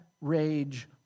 rage